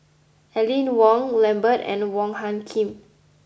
Aline Wong Lambert and Wong Hung Khim